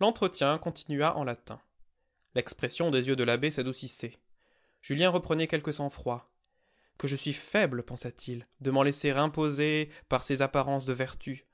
l'entretien continua en latin l'expression des yeux de l'abbé s'adoucissait julien reprenait quelque sang-froid que je suis faible pensa-t-il de m'en laisser imposer par ces apparences de vertu